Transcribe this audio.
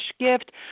gift